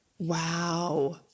Wow